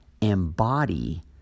embody